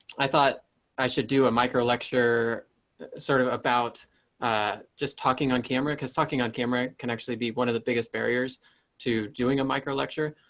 i thought i should do a micro lecture sort of about just talking on camera, because talking on camera can actually be one of the biggest barriers to doing a micro lecture.